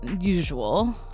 usual